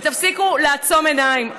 תפסיקו לעצום עיניים.